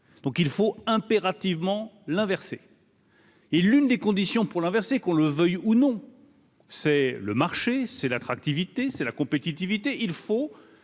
donc il faut impérativement l'inverser. Et l'une des conditions pour inverser qu'on le veuille ou non, c'est le marché, c'est l'attractivité, c'est la compétitivité, il faut